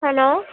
hello